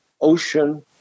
ocean